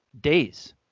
days